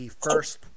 first